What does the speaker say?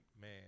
man